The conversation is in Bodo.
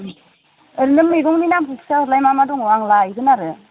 ओरैनो मैगंनि नामखौ खिथाहरलाय मा मा दङ आं लायगोन आरो